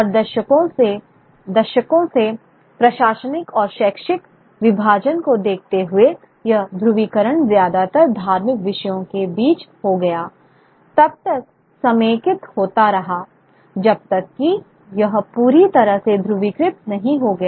और दशकों से प्रशासनिक और शैक्षिक विभाजन को देखते हुए यह ध्रुवीकरण ज्यादातर धार्मिक विषयों के बीच हो गया तब तक समेकित होता रहा जब तक कि यह पूरी तरह से ध्रुवीकृत नहीं हो गया